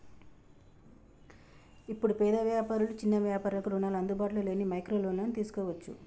ఇప్పుడు పేద వ్యాపారులు చిన్న వ్యాపారులకు రుణాలు అందుబాటులో లేని మైక్రో లోన్లను తీసుకోవచ్చు